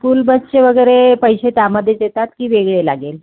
school बसचे वगैरे पैसे त्यामध्येच येतात की वेगळे लागेल